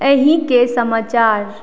एहि के समाचार